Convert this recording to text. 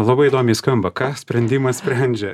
labai įdomiai skamba ką sprendimas sprendžia